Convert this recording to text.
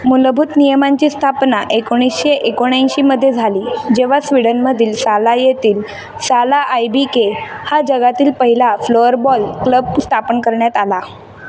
मूलभूत नियमांची स्थापना एकोणीसशे एकोणऐंशीमध्ये झाली जेव्हा स्विडनमधील साला येथील साला आय बी के हा जगातील पहिला फ्लोअरबॉल क्लब स्थापन करण्यात आला